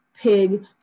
pig